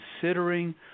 considering